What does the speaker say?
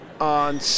on